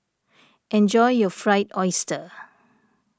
enjoy your Fried Oyster